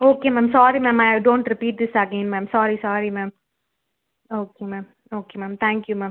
okay ma'am sorry ma'am I dont repeat this again ma'am sorry sorry ma'am okay ma'am okay ma'am thank you ma'am